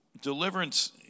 deliverance